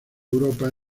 europa